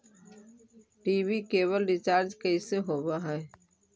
TV केवल recharge कैसे होब हइ?